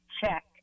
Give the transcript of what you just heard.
check